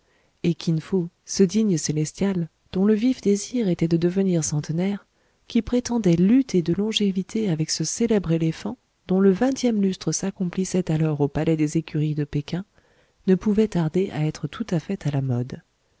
et kin fo ce digne célestial dont le vif désir était de devenir centenaire qui prétendait lutter de longévité avec ce célèbre éléphant dont le vingtième lustre s'accomplissait alors au palais des écuries de péking ne pouvait tarder à être tout à fait à la mode